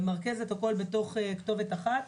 הוא ממרכז את הכול בתוך כתובת אחת.